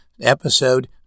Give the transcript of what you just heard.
episode